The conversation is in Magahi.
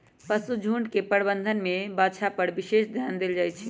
पशुझुण्ड के प्रबंधन में बछा पर विशेष ध्यान देल जाइ छइ